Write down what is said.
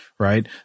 Right